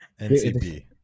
NCP